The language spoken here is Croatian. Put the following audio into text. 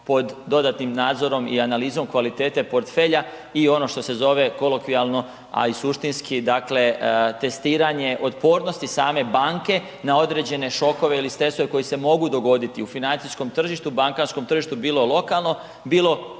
po dodatnim nadzorom i analizom kvalitete portfelja i ono što se zove kolokvijalno, a i suštinski testiranje otpornosti same banke na određene šokove ili stresove koji se mogu dogoditi u financijskom tržištu, bankarskom tržištu bilo lokalno, bilo